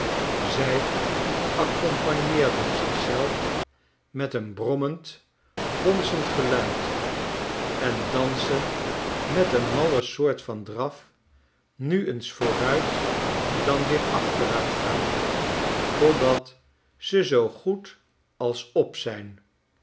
zij accompagneeren zich zelf met een brommend gonzend geluid en dansen met een malle soort van draf nu eens vooruit dan weer acht eruitgaande totdat ze zoogoed als op fl zijn